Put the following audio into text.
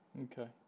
okay